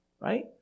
right